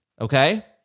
okay